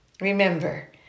Remember